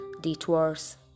detours